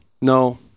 no